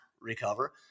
recover